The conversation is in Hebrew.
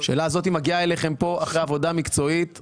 השאלה הזאת מגיעה אליכם לכאן אחרי עבודה מקצועית עמוקה.